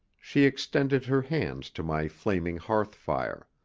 she extended her hands to my flaming hearthfire.